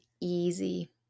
easy